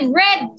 red